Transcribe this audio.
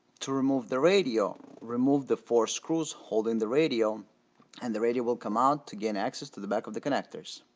to remove the radio, remove the four screws holding the radio and the radio will come out to gain access to the back of the connectors.